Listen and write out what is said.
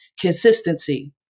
consistency